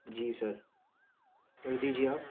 جی sir کر دیجئے آپ